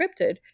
scripted